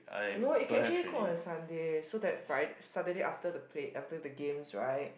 no you actually can call on Sunday so that Fri Saturday after the play after the games right